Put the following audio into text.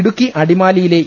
ഇടുക്കി അടിമാലിയിലെ ഇ